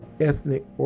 ethnic